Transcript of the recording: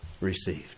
received